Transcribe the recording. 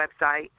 website